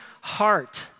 heart